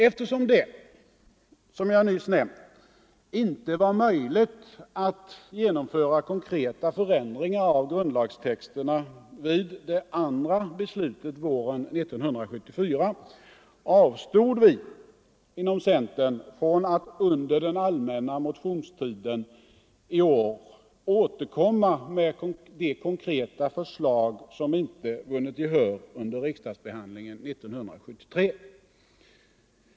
Eftersom det, som jag nyss nämnt, inte var möjligt att genomföra konkreta förändringar av grundlagstexterna vid det andra beslutet våren 1974, avstod vi inom centern från att under den allmänna motionstiden i år återkomma med de konkreta förslag som inte vunnit gehör under riksdagsbehandlingen 1973.